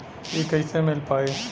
इ कईसे मिल पाई?